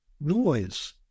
Noise